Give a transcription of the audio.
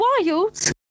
wild